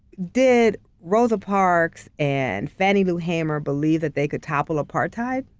did rosa parks and fannie lou hamer believe that they could topple apartheid?